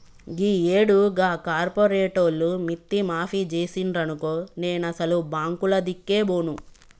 గీయేడు గా కార్పోరేటోళ్లు మిత్తి మాఫి జేసిండ్రనుకో నేనసలు బాంకులదిక్కే బోను